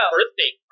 birthday